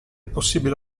possibile